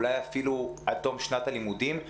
אולי אפילו עד תום שנת הלימודים.